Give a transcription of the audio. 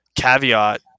caveat